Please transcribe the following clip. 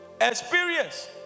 experience